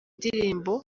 indirimbo